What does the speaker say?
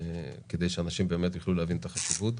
כדי שאנשים באמת יוכלו להבין את החשיבות.